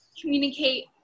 communicate